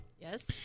Yes